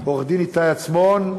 ועורך-הדין איתי עצמון,